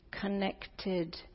connected